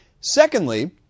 Secondly